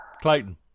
Clayton